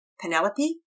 Penelope